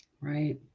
Right